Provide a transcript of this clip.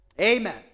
Amen